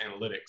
Analytics